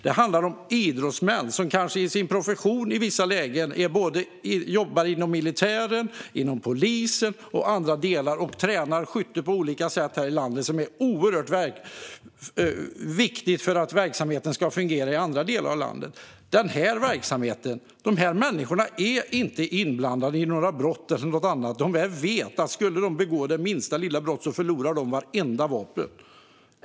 Det handlar om idrottsmän som kanske i sin profession jobbar inom militären, inom polisen och i andra delar och som tränar skytte på olika sätt här i landet. Det är oerhört viktigt för att verksamheten ska fungera i andra delar av landet. Dessa människor är inte inblandade i några brott eller något sådant. De lär veta att skulle de begå det minsta lilla brott förlorar de vartenda vapen.